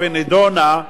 בבקשה, אדוני,